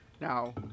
Now